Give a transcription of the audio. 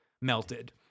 melted